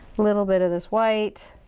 little bit of this white.